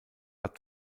war